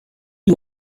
uyu